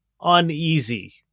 uneasy